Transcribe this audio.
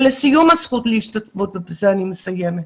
ולסיום הזכות להשתתפות, ובזה אני מסיימת.